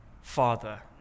Father